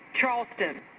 Charleston